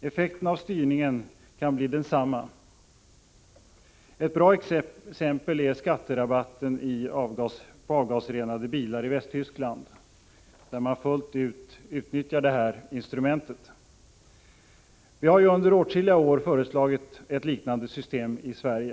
Effekten av styrningen kan bli densamma. Ett bra exempel är skatterabatten på avgasrenade bilar i Västtyskland, där man fullt ut utnyttjar detta instrument. Vi har ju under åtskilliga år föreslagit ett liknande system i Sverige.